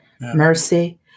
mercy